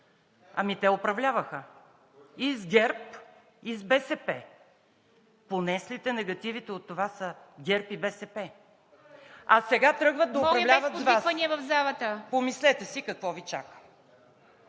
Ами те управляваха и с ГЕРБ, и с БСП. Понеслите негативите от това са ГЕРБ и БСП, а сега тръгват да управляват с Вас. (Шум и реплики